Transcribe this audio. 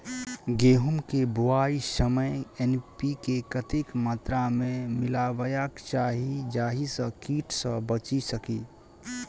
गेंहूँ केँ बुआई समय एन.पी.के कतेक मात्रा मे मिलायबाक चाहि जाहि सँ कीट सँ बचि सकी?